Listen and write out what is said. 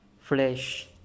flesh